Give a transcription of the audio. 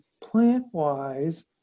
plant-wise